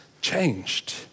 changed